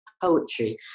poetry